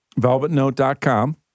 velvetnote.com